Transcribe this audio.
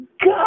God